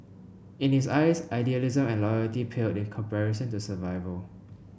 in his eyes idealism and loyalty paled in comparison to survival